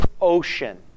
ocean